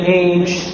age